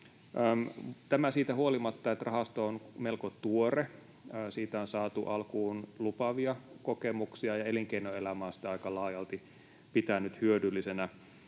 Tämä siitä huolimatta, että rahasto on melko tuore, siitä on saatu alkuun lupaavia kokemuksia ja elinkeinoelämä on sitä aika laajalti pitänyt hyödyllisenä.